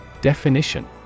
Definition